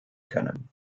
können